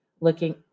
looking